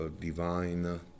divine